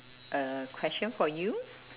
a question for you